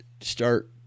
start